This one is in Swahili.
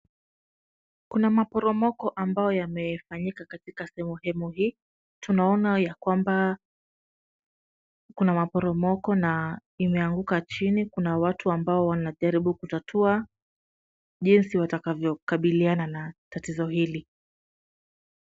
Kuna maporomoko ambayo yamefanyika katika sehemu hii. Tunaona yakwamba kuna maporomoko na imeanguka chini. Kuna watu ambao wanajaribu kutatua jinsi watakavyokabiliana na tatizo hili.